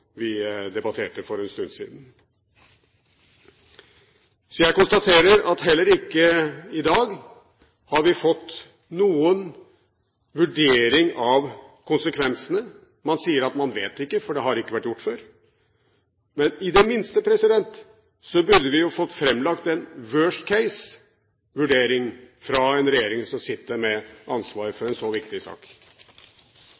vi debatterte for en stund siden. Så jeg konstaterer at heller ikke i dag har vi fått noen vurdering av konsekvensene. Man sier at man vet ikke, for det har ikke vært gjort før. Men i det minste burde vi jo fått framlagt en «worst case»-vurdering fra en regjering som sitter med ansvaret for